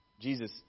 Jesus